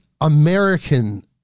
American